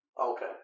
Okay